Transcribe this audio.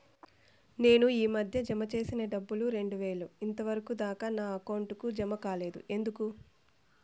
నేను ఈ మధ్య జామ సేసిన డబ్బులు రెండు వేలు ఇంతవరకు దాకా నా అకౌంట్ కు జామ కాలేదు ఎందుకు?